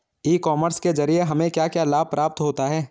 ई commerce के ज़रिए हमें क्या क्या लाभ प्राप्त होता है?